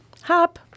Hop